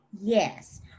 yes